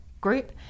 group